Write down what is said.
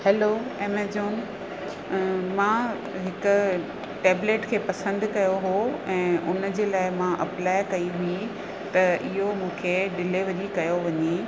हलो Amazon मां हिकु tablet खे पसंदि कयो हुओ ऐं हुनजे लाइ मां अप्लाए कई हुई त इहो मूंखे डिलेवरी कयो वञे